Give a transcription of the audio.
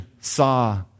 saw